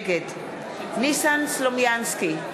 נגד ניסן סלומינסקי,